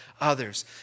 others